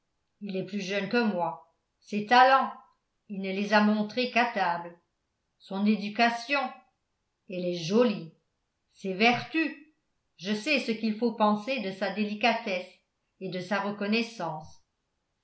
il est plus jeune que moi ses talents il ne les a montrés qu'à table son éducation elle est jolie ses vertus je sais ce qu'il faut penser de sa délicatesse et de sa reconnaissance